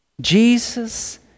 Jesus